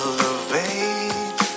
Elevate